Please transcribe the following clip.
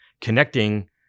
connecting